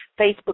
Facebook